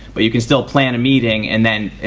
but you can still plan a meeting and then